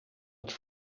het